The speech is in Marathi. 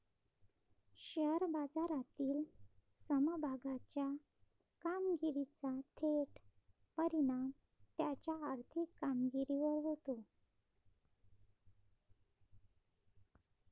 शेअर बाजारातील समभागाच्या कामगिरीचा थेट परिणाम त्याच्या आर्थिक कामगिरीवर होतो